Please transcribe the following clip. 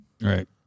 Right